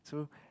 so